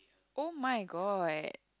oh-my-god